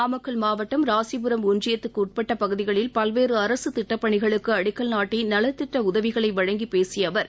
நாமக்கல் மாவட்டம் ராசிபுரம் ஒன்றியத்திற்குட்பட்ட பகுதிகளில் பல்வேறு அரசு திட்டப்பணிகளுக்கு அடிக்கல் நாட்டி நலத்திட்ட உதவிகளை வழங்கிப் பேசிய அவர்